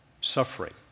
suffering